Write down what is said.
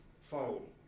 fold